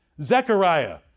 Zechariah